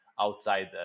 outside